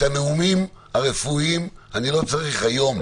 את הנאומים הרפואיים אני לא צריך היום,